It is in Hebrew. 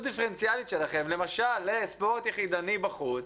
דיפרנציאלית שלכם למשל לספורט יחידני בחוץ,